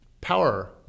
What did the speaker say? power